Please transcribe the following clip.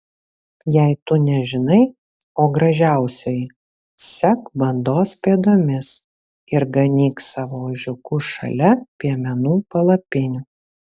jei tu nežinai o gražiausioji sek bandos pėdomis ir ganyk savo ožiukus šalia piemenų palapinių